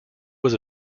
was